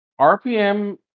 RPM